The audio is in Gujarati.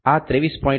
545 મિલિમીટર છે